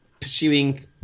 pursuing